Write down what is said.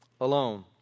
alone